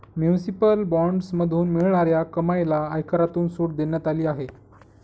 municipal बॉण्ड्समधून मिळणाऱ्या कमाईला आयकरातून सूट देण्यात आली आहे